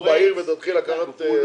והפטורים ומס קניה על טובין (תיקון מס' 4),